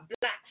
black